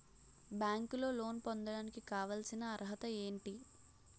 బ్యాంకులో లోన్ పొందడానికి కావాల్సిన అర్హత ఏంటి?